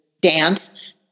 dance